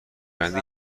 بندی